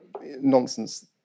nonsense